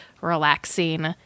relaxing